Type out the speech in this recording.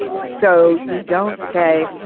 so you don't say.